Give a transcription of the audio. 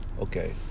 Okay